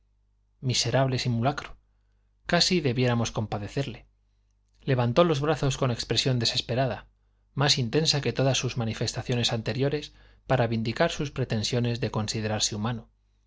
miserable simulacro casi debiéramos compadecerle levantó los brazos con expresión desesperada más intensa que todas sus manifestaciones anteriores para vindicar sus pretensiones de considerarse humano